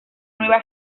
nueva